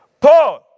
Paul